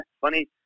funny